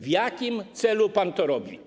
W jakim celu pan to robi?